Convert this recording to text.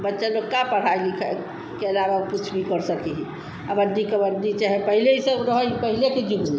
बच्चे लोग की पढ़ाई लिखाई के अलावा और कुछ भी कर सके हैं कबड्डी कबड्डी चहे पहले ये सब रहा यह पहले के युग में